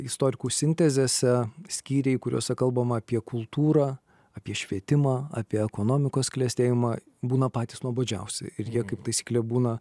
istorikų sintezėse skyriai kuriuose kalbama apie kultūrą apie švietimą apie ekonomikos klestėjimą būna patys nuobodžiausi ir jie kaip taisyklė būna